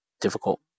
difficult